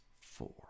four